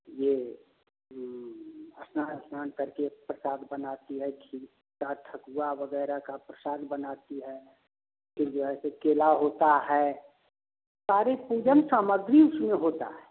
यह स्नान उसनान कर के प्रसाद बनाती है खीर या ठाकुआ वग़ैरह का प्रसाद बनाती है फिर जैसे केला होता है सारे पूजन सामग्री उसमें होती है